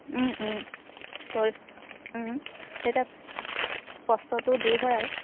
তেতিয়া কষ্টটো দূৰ হয় আৰু